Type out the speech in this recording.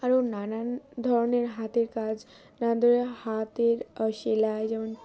আরও নানান ধরনের হাতের কাজ নানান ধরনের হাতের সেলাই যেমন